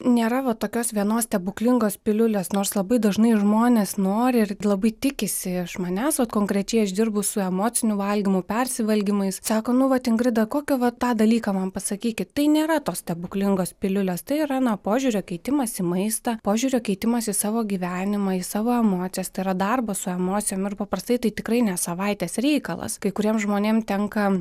nėra vat tokios vienos stebuklingos piliulės nors labai dažnai žmonės nori ir labai tikisi iš manęs vat konkrečiai aš dirbu su emociniu valgymu persivalgymais sako nu vat ingrida kokią vat tą dalyką man pasakykit tai nėra tos stebuklingos piliulės tai yra na požiūrio keitimas į maistą požiūrio keitimas į savo gyvenimą į savo emocijas tai yra darbas su emocijom ir paprastai tai tikrai ne savaitės reikalas kai kuriem žmonėm tenka